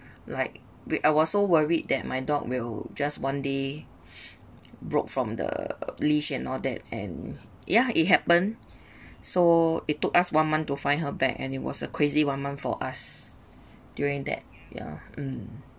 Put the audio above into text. like we are I was so worried that my dog will just one day broke from the leash and all that and yeah it happened so it took us one month to find her back and it was a crazy one month for us during that yeah mm